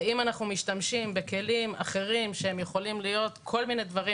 ואם אנחנו משתמשים בכלים אחרים שהם יכולים להיות כל מיני דברים,